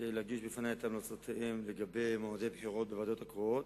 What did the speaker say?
להגיש בפני את המלצותיהם לגבי מועדי בחירות ברשויות שבהן ועדות קרואות.